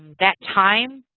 that time,